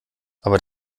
aber